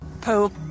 Poop